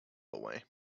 away